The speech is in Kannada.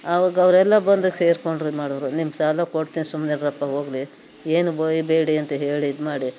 ಆವಾಗ ಅವರೆಲ್ಲ ಬಂದು ಸೇರಿಕೊಂಡ್ರು ಇದ್ಮಾಡೋರು ನಿಮ್ಮ ಸಾಲ ಕೊಡ್ತೀನಿ ಸುಮ್ನಿರಪ್ಪಾ ಹೋಗಿರಿ ಏನು ಬಯ್ಬೇಡಿ ಅಂತ ಹೇಳಿ ಇದ್ಮಾಡಿ